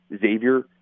Xavier